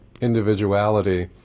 individuality